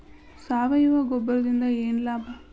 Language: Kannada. ಸಾವಯವ ಗೊಬ್ಬರದಿಂದ ಏನ್ ಲಾಭ?